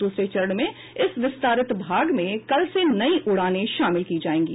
दूसरे चरण के इस विस्तारित भाग में कल से नई उड़ानें शामिल की जाएंगी